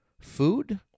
food